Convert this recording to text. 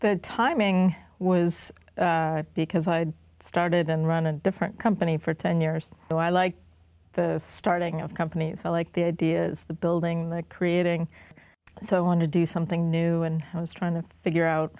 your timing was because i'd started and run a different company for ten years so i like the starting of companies like the ideas the building creating so i want to do something new and i was trying to figure out